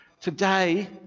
Today